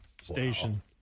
station